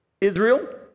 Israel